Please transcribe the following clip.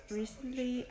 recently